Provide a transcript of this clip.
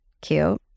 Cute